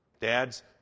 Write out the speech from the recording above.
Dads